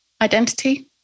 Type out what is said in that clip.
identity